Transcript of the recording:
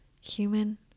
human